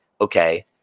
okay